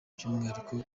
by’umwihariko